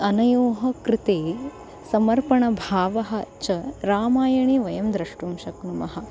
अनयोः कृते समर्पणभावः च रामायणे वयं द्रष्टुं शक्नुमः